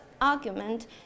argument